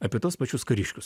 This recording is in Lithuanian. apie tuos pačius kariškius